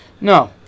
No